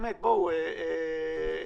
אתם